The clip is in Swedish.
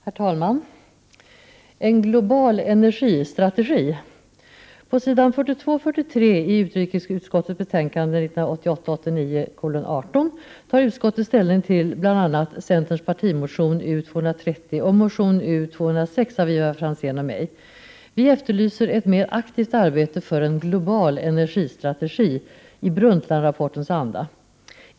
Herr talman! Jag vill börja med att ta upp frågan om en global energistrategi. På s. 42 och 43 i utrikesutskottets betänkande 1988/89:18 tar utskottet ställning bl.a. till centerns partimotion U230 och motion U206 av Ivar Franzén och mig. Vi efterlyser ett mer aktivt arbete för en global energistrategi i Brundtlandrapportens anda.